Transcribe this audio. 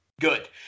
good